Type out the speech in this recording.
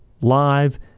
live